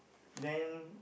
then